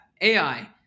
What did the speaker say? AI